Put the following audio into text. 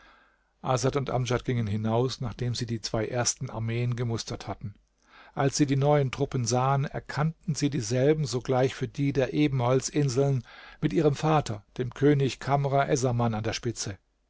und amdjad gingen hinaus nachdem sie die zwei ersten armeen gemustert hatten als sie die neuen truppen sahen erkannten sie dieselben sogleich für die der ebenholzinseln mit ihrem vater dem könig kamr essaman an der spitze